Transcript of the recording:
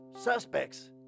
Suspects